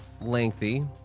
lengthy